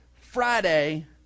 Friday